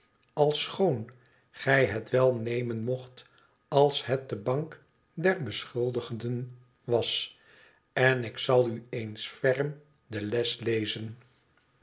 alschoon gij het wel nemen mocht als het de bank der beschuldigden was en ik zal u eens ferm de les lezen